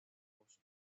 agosto